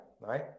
right